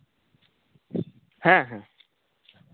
ᱦᱮᱸ ᱦᱮᱸ